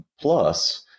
plus